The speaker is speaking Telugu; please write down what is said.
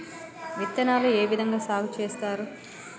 విత్తనాలు ఏ విధంగా సాగు చేస్తారు?